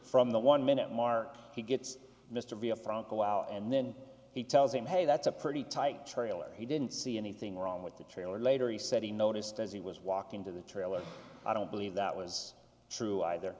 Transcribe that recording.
from the one minute mark he gets mr v a from the wow and then he tells him hey that's a pretty tight trailer he didn't see anything wrong with the trailer later he said he noticed as he was walking to the trailer i don't believe that was true either